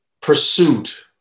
pursuit